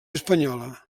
espanyola